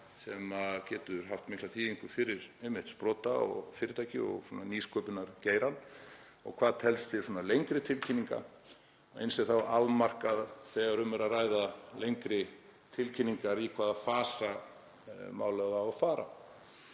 sem getur haft mikla þýðingu fyrir einmitt sprotafyrirtæki og nýsköpunargeirann, og hvað telst til lengri tilkynninga. Eins er þá afmarkað þegar um er að ræða lengri tilkynningar í hvaða fasa málið á að fara.